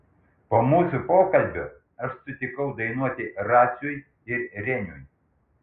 po mūsų pokalbio aš sutikau dainuoti raciui ir reniui